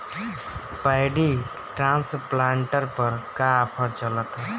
Paddy transplanter पर का offer चलता?